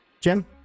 Jim